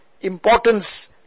importance